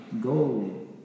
Go